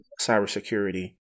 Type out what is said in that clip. cybersecurity